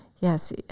Yes